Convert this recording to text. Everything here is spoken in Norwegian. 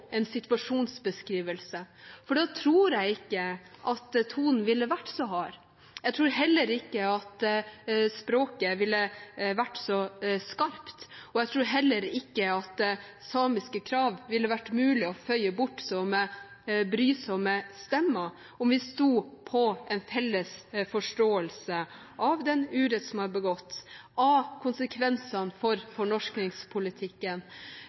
og situasjonsbeskrivelser, for da tror jeg ikke at tonen ville vært så hard. Jeg tror ikke at språket ville vært så skarpt, og jeg tror heller ikke at samiske krav ville vært mulig å føyse bort som brysomme stemmer, om vi sto i en felles forståelse av den urett som er begått, av konsekvensene